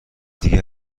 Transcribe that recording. دیگه